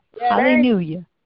Hallelujah